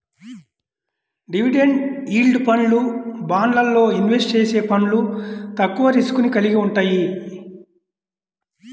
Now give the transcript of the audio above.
dividend yield ఫండ్లు, బాండ్లల్లో invest చేసే ఫండ్లు తక్కువ రిస్క్ ని కలిగి వుంటయ్యి